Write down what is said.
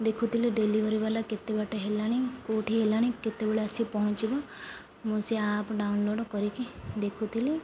ଦେଖୁଥିଲି ଡ଼େଲିଭରି ବାଲା କେତେ ବାଟ ହେଲାଣି କେଉଁଠି ହେଲାଣି କେତେବେଳେ ଆସି ପହଞ୍ଚିବ ମୁଁ ସେ ଆପ୍ ଡାଉନଲୋଡ଼୍ କରିକି ଦେଖୁଥିଲି